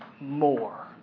more